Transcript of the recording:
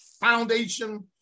foundation